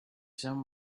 some